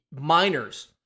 minors